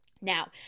Now